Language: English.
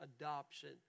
adoption